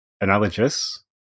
analogous